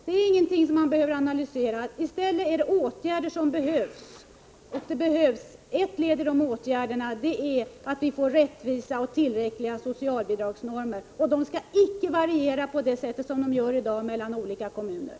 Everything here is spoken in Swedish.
Det är ingenting som man behöver analysera. I stället är det åtgärder som behövs. En av dessa åtgärder är att skapa rättvisa och tillräckliga socialbidragsnormer, som icke varierar mellan kommunerna på det sätt som i dag är fallet.